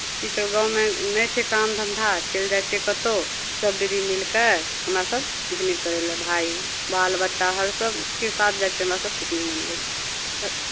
ईसभ गाँवमे नहि छै काम धन्धा चलि जाइ छियै कतहु सभ दीदी मिलि कऽ हमरा सभ पिकनिक करय लेल भाय बालबच्चा हर सभके साथ जाइ छियै हमरा सभ पिकनिक मनबय लेल क्